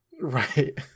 Right